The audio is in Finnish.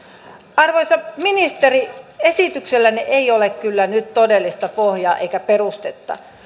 arvoisa ministeri esityksellänne ei ole kyllä nyt todellista pohjaa eikä perustetta